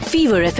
Fever